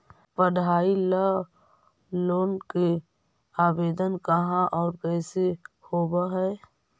पढाई ल लोन के आवेदन कहा औ कैसे होब है?